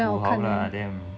no 土豪 lah them